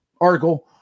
article